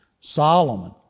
Solomon